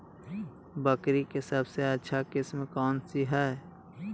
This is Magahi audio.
बकरी के सबसे अच्छा किस्म कौन सी है?